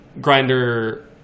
grinder